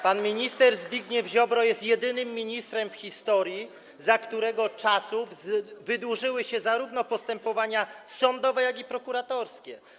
Pan minister Zbigniew Ziobro jest jedynym ministrem w historii, za którego czasów wydłużyły się postępowania zarówno sądowe, jak i prokuratorskie.